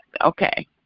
okay